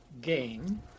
game